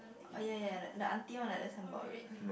orh ya ya ya ya the the auntie one like the sunblock red ah